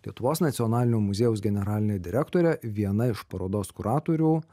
lietuvos nacionalinio muziejaus generaline direktore viena iš parodos kuratorių